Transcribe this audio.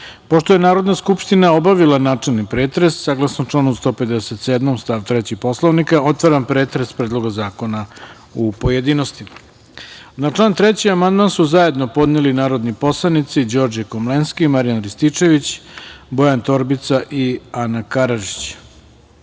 je Narodna skupština obavila načelni pretres, saglasno članu 157. stav 3. Poslovnika, otvaram pretres Predloga zakona u pojedinostima. Na član 3. amandman su zajedno podneli narodni poslanici Đorđe Komlenski, Marijan Rističević, Bojan Torbica i Ana Karadžić. Primili